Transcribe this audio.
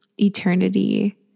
eternity